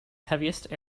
heaviest